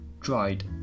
dried